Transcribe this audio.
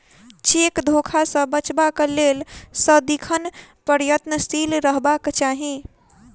cheque धोखा सॅ बचबाक लेल सदिखन प्रयत्नशील रहबाक चाही